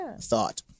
thought